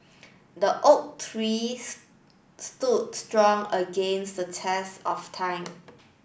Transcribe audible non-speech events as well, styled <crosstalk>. the oak tree <unintelligible> stood strong against the test of time